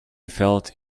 felt